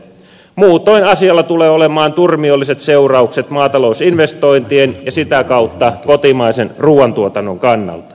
muutoin asialla tulee olemaan turmiolliset seuraukset maatalousinvestointien ja sitä kautta kotimaisen ruuantuotannon kannalta